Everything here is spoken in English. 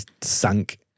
sunk